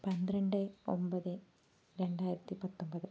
പന്ത്രണ്ട് ഒമ്പത് രണ്ടായിരത്തിപ്പത്തൊമ്പത്